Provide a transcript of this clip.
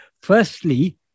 Firstly